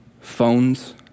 phones